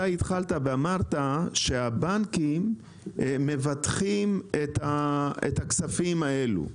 התחלת ואמרת שהבנקים מבטחים את הכספים האלו,